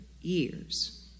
years